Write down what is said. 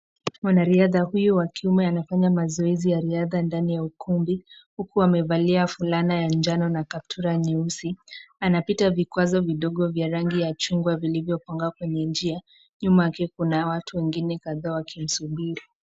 Mwanariadha huyu wa kiume anafanya mazoezi ya riadha ndani ya ukumbi huku amevalia fulana ya njano na kaptula nyeusi. Anapita vikwazo vidogo vya rangi ya chungwa iliyopangwa kwenye njia. Nyuma yake kuna watu wengine kadhaa wakimsubiri.